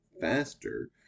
faster